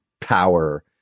power